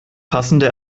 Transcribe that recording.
passende